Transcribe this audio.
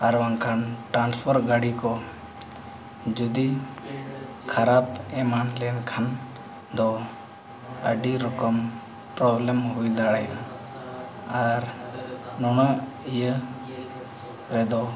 ᱟᱨ ᱵᱟᱝᱠᱷᱟᱱ ᱜᱟᱹᱰᱤ ᱠᱚ ᱡᱩᱫᱤ ᱠᱷᱟᱨᱟᱯ ᱮᱢᱟᱱ ᱞᱮᱱᱠᱷᱟᱱ ᱫᱚ ᱟᱹᱰᱤ ᱨᱚᱠᱚᱢ ᱦᱩᱭ ᱫᱟᱲᱮᱭᱟᱜᱼᱟ ᱟᱨ ᱱᱚᱣᱟ ᱤᱭᱟᱹ ᱨᱮᱫᱚ